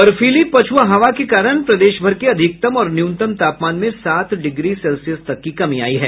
बर्फीली पछुआ हवा के कारण प्रदेश भर के अधिकतम और न्यूनतम तापमान में सात डिग्री सेल्सियस तक की कमी आई है